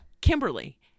Kimberly